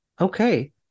okay